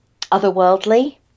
otherworldly